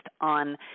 on